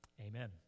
Amen